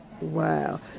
Wow